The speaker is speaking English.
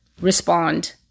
respond